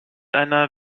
einer